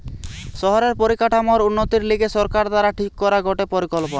শহরের পরিকাঠামোর উন্নতির লিগে সরকার দ্বারা ঠিক করা গটে পরিকল্পনা